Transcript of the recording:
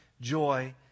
joy